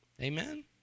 Amen